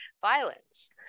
violence